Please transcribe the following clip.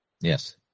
Yes